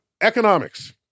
economics